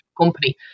company